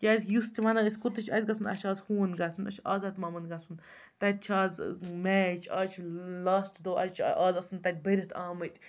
کیٛازِکہِ یُس تہِ وَنان ٲسۍ کوٚتہٕ چھِ اَسہِ گژھُن اَسہِ چھِ اَز ہُہُنٛد گژھُن اَسہِ چھِ آزاد مامُن گژھُن تَتہِ چھِ اَز میچ اَز چھِ لاسٹ دۄہ اَز چھِ اَز آسَن تَتہِ بٔرِتھ آمٕتۍ